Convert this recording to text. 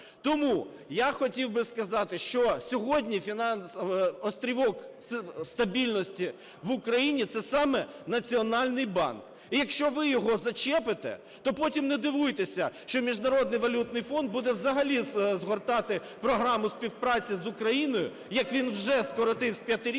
Тому я хотів би сказати, що сьогодні острівок стабільності в Україні – це саме Національний банк. І якщо ви його зачепите, то потім не дивуйтесь, що Міжнародний валютний фонд буде взагалі згортати програму співпраці з Україною, як він вже скоротив з 5-річної